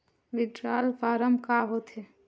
Withdrawal form का होथे?